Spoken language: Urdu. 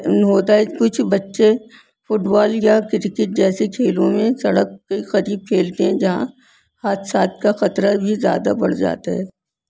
ہوتا ہے کچھ بچے فٹبال یا کرکٹ جیسے کھیلوں میں سڑک کے قریب کھیلتے ہیں جہاں حادثات کا خطرہ بھی زیادہ بڑھ جاتا ہے